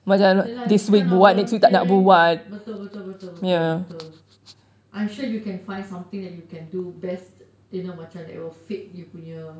ya lah this kind of volunteering betul betul betul betul betul I'm sure you can find something that you can do best you know macam that will fit you punya